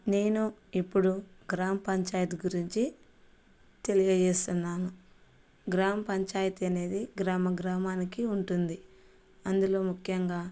నేను ఇప్పుడు గ్రామ పంచాయతీ గురించి తెలియజేస్తున్నాను గ్రామ పంచాయతీ అనేది గ్రామ గ్రామానికి ఉంటుంది అందులో ముఖ్యంగా